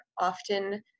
often